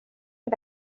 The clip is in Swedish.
det